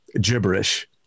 gibberish